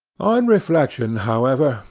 on reflection, however,